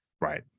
Right